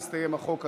נסתיים החוק הזה.